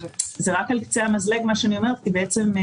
מה שאני אומרת הוא רק על קצה המזלג כי צריך